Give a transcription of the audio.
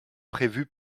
prévus